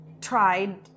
tried